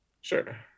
Sure